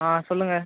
ஆ சொல்லுங்கள்